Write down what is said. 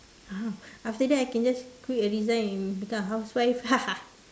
!huh! after that I can just quit and resign and become housewife